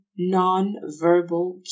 nonverbal